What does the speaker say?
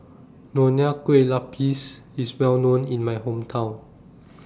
Nonya Kueh Lapis IS Well known in My Hometown